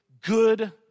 good